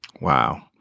Wow